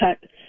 cut